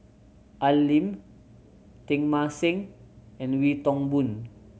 Al Lim Teng Mah Seng and Wee Toon Boon